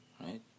right